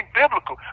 biblical